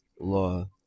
law